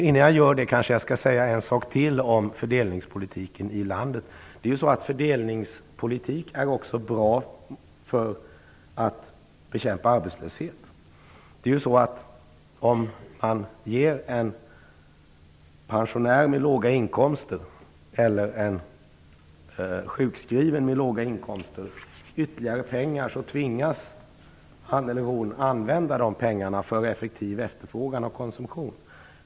Innan jag gör det skall jag kanske säga en sak till om fördelningspolitiken i landet. Fördelningspolitik är också bra för att bekämpa arbetslöshet. Om man ger en pensionär med låga inkomster eller en sjukskriven med låga inkomster ytterligare pengar tvingas han eller hon använda de pengarna för effektiv efterfrågan och konsumtion.